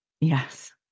Yes